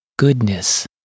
Goodness